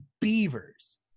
beavers